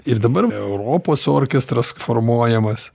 ir dabar europos orkestras formuojamas